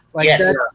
Yes